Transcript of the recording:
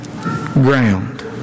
ground